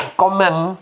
comment